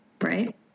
Right